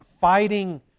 fighting